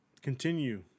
continue